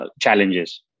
challenges